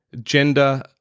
gender